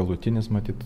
galutinis matyt